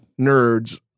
nerds